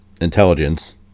intelligence